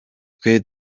twe